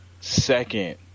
second